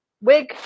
wig